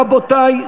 רבותי,